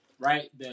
right